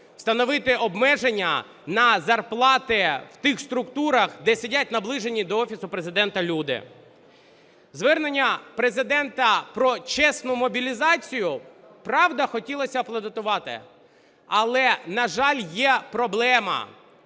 Встановити обмеження на зарплати в тих структурах, де сидять наближені до Офісу Президента люди? Звернення Президента про чесну мобілізацію, правда, хотілося аплодувати. Але, на жаль, є проблема,